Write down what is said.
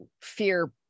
fear